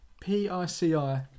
P-I-C-I